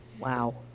wow